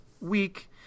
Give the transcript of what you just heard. week